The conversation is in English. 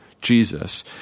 Jesus